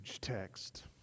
text